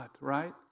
right